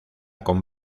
con